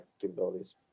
capabilities